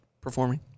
performing